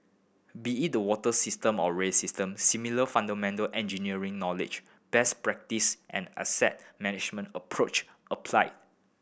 be it the water system or rail system similar fundamental engineering knowledge best practice and asset management approached apply